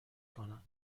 کنن